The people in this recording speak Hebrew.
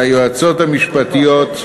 ליועצות המשפטיות,